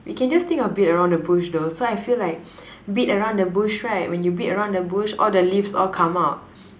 we can just think of beat around the bush though so I feel like beat around the bush right when you beat around the bush all the leaves all come out